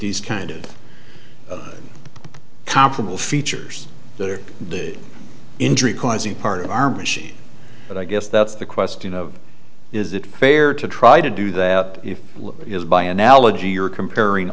these kind of comparable features that are the injury causing part of our machine but i guess that's the question of is it fair to try to do that if it is by analogy you're comparing